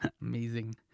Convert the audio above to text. Amazing